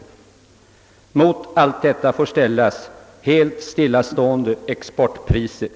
Mot allt detta skall ställas helt oförändrade exportpriser.